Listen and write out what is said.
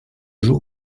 joue